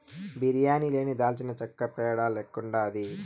బిర్యానీ లేని దాల్చినచెక్క పేడ లెక్కుండాది